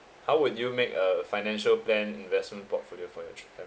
how would you make a financial plan investment portfolio for your children